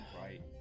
Right